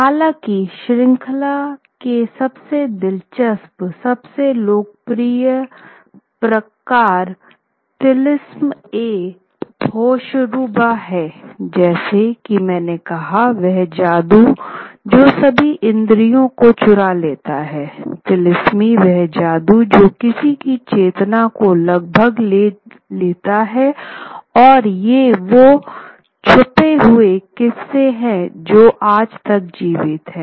हालाँकि श्रृंखला के सबसे दिलचस्प सबसे लोकप्रिय प्रकार तिलिस्म ई होश्रुबा है जैसा कि मैंने कहा वह जादू जो सभी इंद्रियों को चुरा लेता है तिलिस्मी वह जादू जो किसी की चेतना को लगभग ले लेता है और ये वो छपे हुए किस्से हैं जो आज तक जीवित हैं